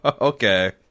Okay